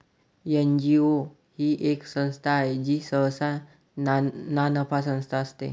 NGO ही एक संस्था आहे जी सहसा नानफा संस्था असते